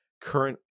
current